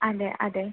അതെ അതെ